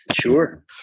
Sure